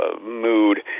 mood